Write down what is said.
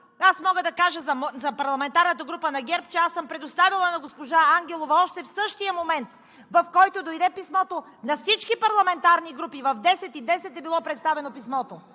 аз мога да кажа за парламентарната група на ГЕРБ, че съм предоставила на госпожа Ангелова още в същия момент, в който дойде писмото – на всички парламентарни групи, писмото е било представено в